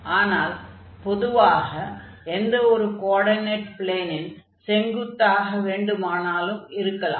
ஆனால் பொதுவாக எந்த ஒரு கோஆர்டினேட் ப்ளேனின் செங்குத்தாக வேண்டுமானாலும் இருக்கலாம்